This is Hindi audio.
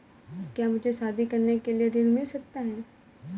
क्या मुझे शादी करने के लिए ऋण मिल सकता है?